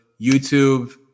YouTube